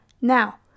Now